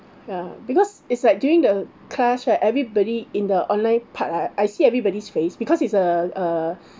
ya because it's like during the class right everybody in the online part ah I see everybody's face because it's uh err